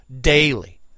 Daily